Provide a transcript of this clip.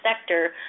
sector